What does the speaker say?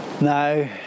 No